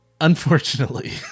Unfortunately